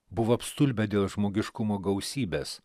buvo apstulbę dėl žmogiškumo gausybės